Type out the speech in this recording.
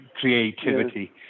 creativity